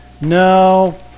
No